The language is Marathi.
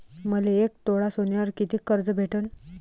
मले एक तोळा सोन्यावर कितीक कर्ज भेटन?